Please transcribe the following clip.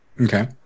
Okay